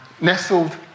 nestled